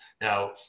Now